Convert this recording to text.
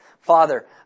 Father